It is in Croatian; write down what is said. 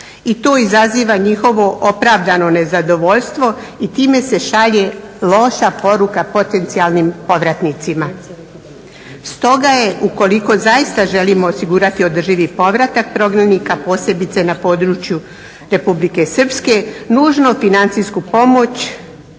i to izaziva njihovo opravdano nezadovoljstvo i time se šalje loša poruka potencijalnim povratnicima. Stoga je ukoliko zaista želimo osigurati održivi povratak prognanika posebice na području Republike Srpske nužnu financijsku pomoć